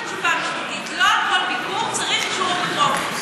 יש לי את התשובה המשפטית: לא לכל ביקור צריך אישור אפוטרופוס.